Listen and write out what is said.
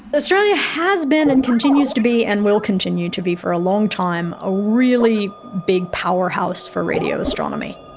australia has been and continues to be and will continue to be for a long time a really big powerhouse for radio astronomy.